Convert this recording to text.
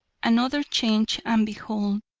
another change, and behold,